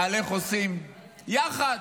איך עושים יחד,